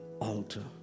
altar